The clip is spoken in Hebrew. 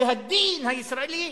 שהדין הישראלי